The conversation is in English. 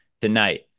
tonight